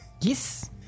Yes